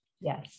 Yes